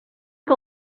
que